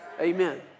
Amen